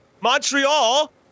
Montreal